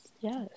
yes